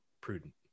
prudent